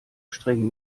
streng